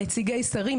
נציגי שרים,